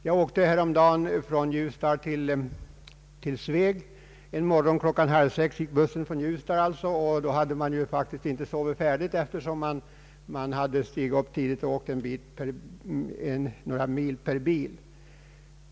Jag åkte häromdagen från Ljusdal till Sveg. Bussen gick från Ljusdal på morgonen klockan halv sex, och då hade man inte sovit färdigt, eftersom man stigit upp tidigt och åkt några mil per bil.